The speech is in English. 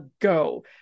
go